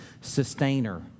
sustainer